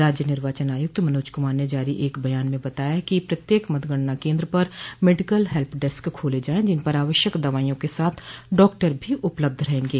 राज्य निर्वाचन आयुक्त मनोज कुमार ने जारी एक बयान में बताया हैं कि प्रत्येक मतगणना केन्द्र पर मेडिकल हेल्प डेस्क खोले जायें जिन पर आवश्यक दवाइयों के साथ डॉक्टर भी उपलब्ध रहेंगे